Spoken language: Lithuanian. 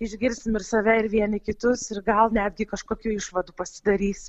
išgirsim ir save ir vieni kitus ir gal netgi kokių išvadų pasidarys